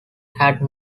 had